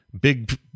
big